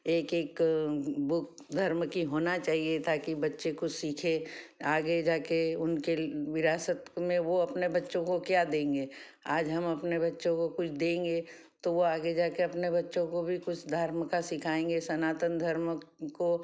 एक एक बुक धर्म की होना चाहिए ताकि बच्चे कुछ सीखेँ आगे जाकर उनके विरासत में वो अपने बच्चों को क्या देंगे आज हम अपने बच्चों को कुछ देंगे तो वो आगे जाकर अपने बच्चों को भी कुछ धर्म का सिखाएँगे सनातन धर्म को